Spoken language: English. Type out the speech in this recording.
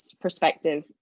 perspective